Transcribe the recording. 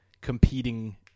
competing